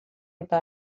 eta